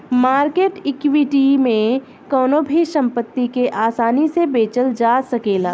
market equity में कवनो भी संपत्ति के आसानी से बेचल जा सकेला